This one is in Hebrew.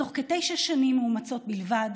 בתוך כתשע שנים מאומצות בלבד